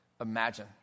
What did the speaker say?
imagine